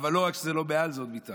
אבל לא רק שזה לא מעל, זה עוד מתחת.